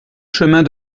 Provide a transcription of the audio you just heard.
chemins